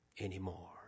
anymore